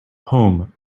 home